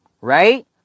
right